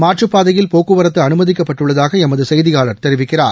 மாற்றுப்பாதையில் போக்குவரத்து அனுமதிக்கப்பட்டுள்ளதாக எமது செய்தியாளர் தெரிவிக்கிறார்